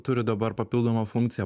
turi dabar papildomą funkciją